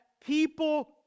people